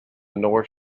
north